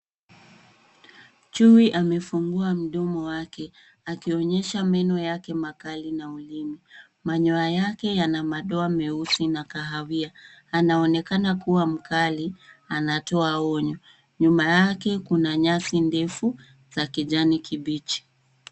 Chui amefungua mdomo wake akionyesha meno yake makali na ulimi. Manyoya yake yana madoa meusi na kahawia, anaonekana kuwa mkali, anatoa onyo nyuma yake kuna nyasi ndefu za kijani kibichi.